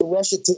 Russia